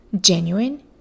genuine